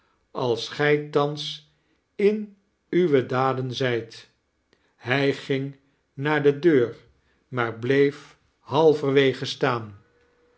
als gij thans in uwe daden zijt hij ging naar de deur maar bleef halverwege staan